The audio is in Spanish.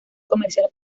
comercial